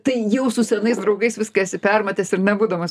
tai jau su senais draugais viską esi permatęs ir nebūdamas